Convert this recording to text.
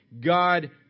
God